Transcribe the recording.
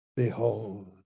Behold